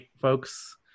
folks